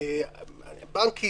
הבנקים,